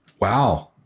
Wow